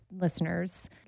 Listeners